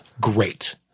great